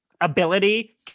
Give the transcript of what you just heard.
ability